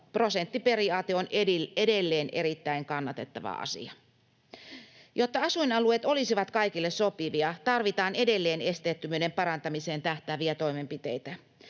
Prosenttiperiaate on edelleen erittäin kannatettava asia. Jotta asuinalueet olisivat kaikille sopivia, tarvitaan edelleen esteettömyyden parantamiseen tähtääviä toimenpiteitä.